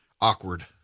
awkward